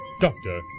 Doctor